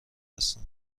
هستند